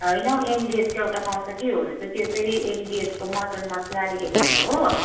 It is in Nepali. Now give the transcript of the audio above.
होइन हौ एमडिएचको एउटा पाउँछ कि हुनु त त्यो चाहिँ एमडिएचको मटन मसाला लेखेको हुन्छ हो